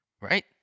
Right